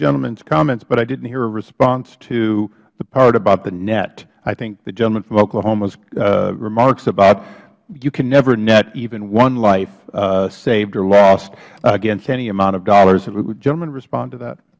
gentlemans comments but i didnt hear a response to the part about the net i think the gentleman from oklahomas remarks about you can never net even one life saved or lost against any amount of dollars would the gentleman respond to that